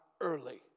early